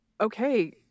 okay